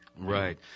Right